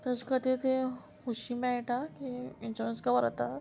तेज्या खातीर तुवें खुशी मेळटा की इन्शुरंस कवर जाता